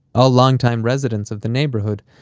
all long-time residents of the neighborhood,